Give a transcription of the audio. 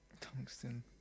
Tungsten